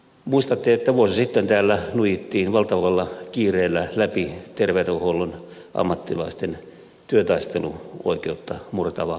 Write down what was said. muistatte että vuosi sitten täällä nuijittiin valtavalla kiireellä läpi terveydenhuollon ammattilaisten työtaisteluoikeutta murtava pakkotyölaki